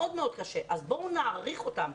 בואו נעריך אותם,